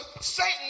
Satan